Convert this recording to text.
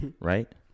Right